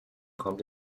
kommt